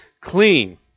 clean